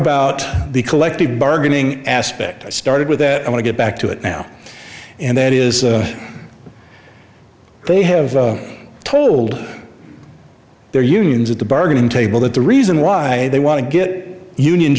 about the collective bargaining aspect i started with that i want to get back to it now and that is they have told their unions at the bargaining table that the reason why they want to get union